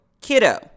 kiddo